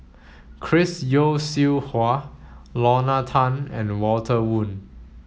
Chris Yeo Siew Hua Lorna Tan and Walter Woon